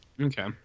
Okay